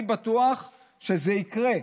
אני בטוח שזה יקרה.